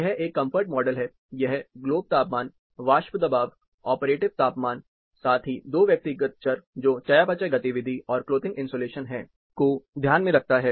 यह एक comfort model है यह ग्लोब तापमान वाष्प दबाव ऑपरेटिव तापमान साथ ही 2 व्यक्तिगत चर जो चयापचय गतिविधि और क्लोथिंग इन्सुलेशन है को ध्यान में रखता है